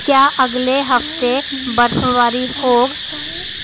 क्या अगले हफ्ते बर्फबारी होग